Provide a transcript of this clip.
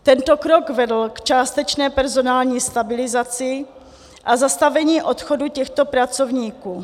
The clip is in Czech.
Tento krok vedl k částečné personální stabilizaci a zastavení odchodu těchto pracovníků.